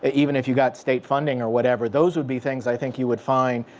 even if you got state funding or whatever, those would be things i think you would find,